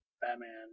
Batman